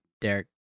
Derek